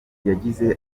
yagize